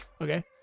Okay